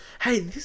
Hey